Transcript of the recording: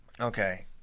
Okay